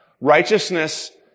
Righteousness